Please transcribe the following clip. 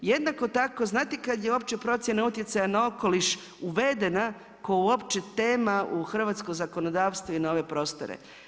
Jednako tako, znate kad je uopće procjena utjecaja na okoliš uvedena, koja je uopće tema u hrvatsko zakonodavstvo i na ove prostore?